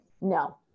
No